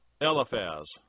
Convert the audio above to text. Eliphaz